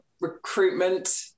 recruitment